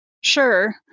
Sure